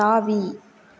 தாவி